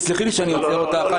תסלחי לי שאני עוצר אותך.